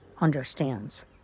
understands